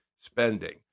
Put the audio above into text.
spending